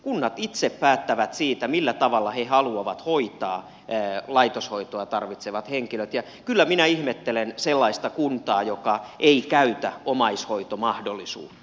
kunnat itse päättävät siitä millä tavalla ne haluavat hoitaa laitoshoitoa tarvitsevat henkilöt ja kyllä minä ihmettelen sellaista kuntaa joka ei käytä omaishoitomahdollisuutta